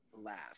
laugh